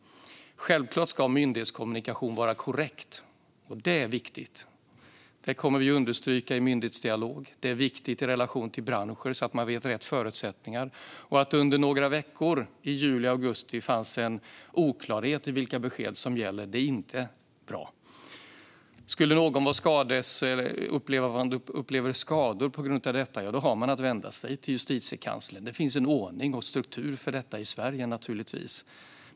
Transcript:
Självklart ska myndighetskommunikation vara korrekt. Det är viktigt, och det kommer vi att understryka i myndighetsdialog. Det är viktigt i relation till branscher så att man vet de rätta förutsättningarna. Att det under några veckor i juli och augusti fanns en oklarhet om vilka besked som gäller är inte bra. Om någon skulle uppleva skador på grund av detta har man att vända sig till Justitiekanslern. Det finns naturligtvis en ordning och struktur för detta i Sverige.